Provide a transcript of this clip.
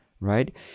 right